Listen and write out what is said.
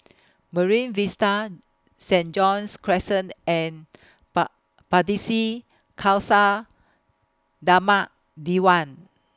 Marine Vista Saint John's Crescent and Pardesi Khalsa Dharmak Diwan